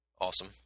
awesome